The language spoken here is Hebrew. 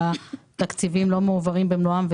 שהתקציבים לא מועברים במלואם,